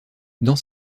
dans